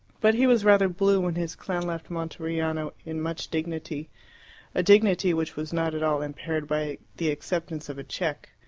but he was rather blue when his clan left monteriano in much dignity a dignity which was not at all impaired by the acceptance of a cheque.